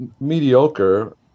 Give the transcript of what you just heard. mediocre